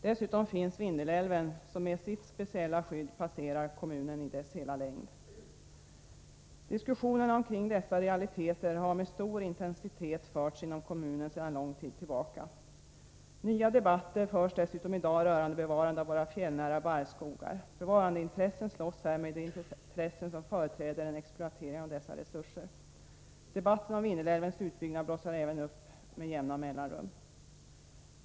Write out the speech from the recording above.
Dessutom rinner Vindelälven, med sitt speciella skydd, genom hela kommunen. Diskussionerna kring dessa realiteter har med stor intensitet förts inom kommunen sedan lång tid tillbaka. I dag debatteras också bevarandet av våra fjällnära barrskogar. Bevarandeintressen slåss här med de intressen som företräder en exploatering av resurserna. Även debatten om en utbyggnad av Vindelälven blossar upp med jämna mellanrum.